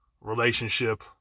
relationship